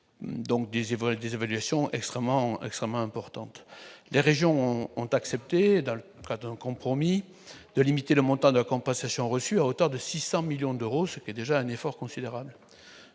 vrai des évaluations extrêmement, extrêmement importante, les régions ont accepté, dans le cas d'un compromis, de limiter le montant de la compensation reçue à hauteur de 600 millions d'euros, ce qui est déjà un effort considérable